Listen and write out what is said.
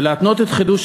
ולהתנות את חידוש